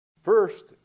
First